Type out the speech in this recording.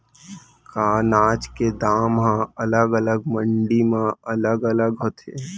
का अनाज के दाम हा अलग अलग मंडी म अलग अलग होथे?